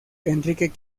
enrique